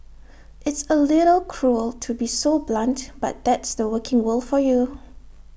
its A little cruel to be so blunt but that's the working world for you